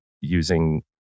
using